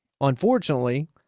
Unfortunately